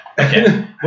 okay